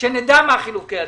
שנדע מה חילוקי הדעות,